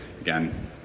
again